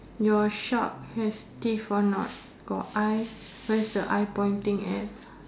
your shark has teeth or not got eye where's the eye pointing at